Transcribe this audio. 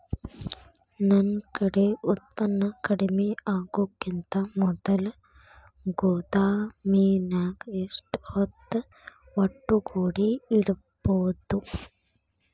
ನನ್ ಕಡೆ ಉತ್ಪನ್ನ ಕಡಿಮಿ ಆಗುಕಿಂತ ಮೊದಲ ಗೋದಾಮಿನ್ಯಾಗ ಎಷ್ಟ ಹೊತ್ತ ಒಟ್ಟುಗೂಡಿ ಇಡ್ಬೋದು?